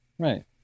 right